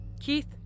Keith